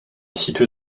située